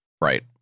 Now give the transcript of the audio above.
Right